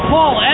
Paul